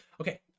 okay